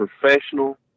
professional